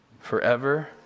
Forever